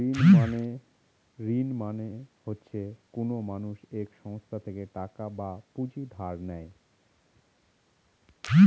ঋণ মানে হচ্ছে কোনো মানুষ এক সংস্থা থেকে টাকা বা পুঁজি ধার নেয়